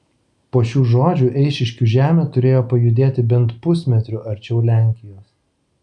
po šių žodžių eišiškių žemė turėjo pajudėti bent pusmetriu arčiau lenkijos